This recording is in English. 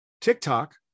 TikTok